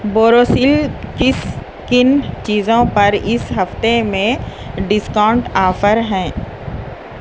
بوروسل کس کن چیزوں پر اس ہفتے میں ڈسکاؤنٹ آفر ہیں